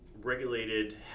regulated